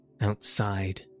Outside